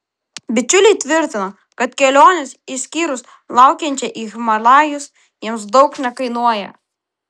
bičiuliai tvirtina kad kelionės išskyrus laukiančią į himalajus jiems daug nekainuoja